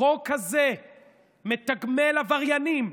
החוק הזה מתגמל עבריינים.